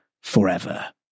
forever